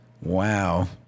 Wow